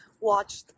watch